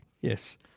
Yes